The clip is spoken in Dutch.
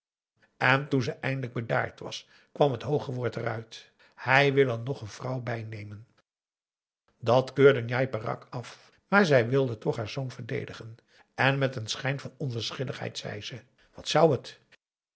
en toen ze eindelijk bedaard was kwam het hooge woord eruit hij wil er nog een vrouw bijnemen dat keurde njai peraq af maar zij wilde toch haar zoon verdedigen en met een schijn van onverschilligheid zei ze wat zou het